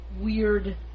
weird